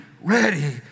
ready